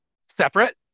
separate